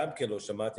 גם כן לא שמעתי.